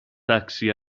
taxi